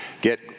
get